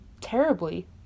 terribly